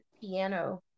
piano